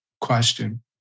question